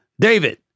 David